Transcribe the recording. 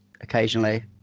occasionally